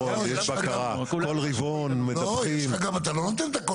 יש בקרה, כל רבעון מדווחים --- תנו לו לענות.